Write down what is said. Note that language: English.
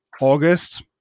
august